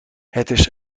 het